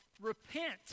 Repent